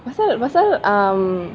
pasal pasal um